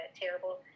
terrible